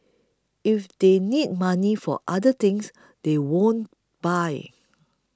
if they need money for other things they won't buy